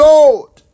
Lord